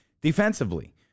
defensively